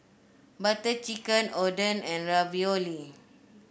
Butter Chicken Oden and Ravioli